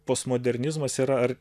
postmodernizmas yra ar